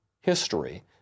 history